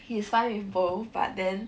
he's fine with both but then